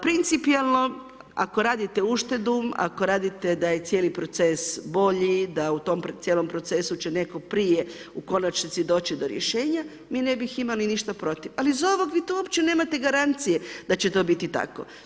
Principijalno ako radite uštedu, ako radite da je cijeli proces bolji, da u tom cijelom procesu će netko prije u konačnici doći do rješenja, mi ne bi imali ništa protiv, ali iz ovog vi tu opće nemate garancije, da će to biti tako.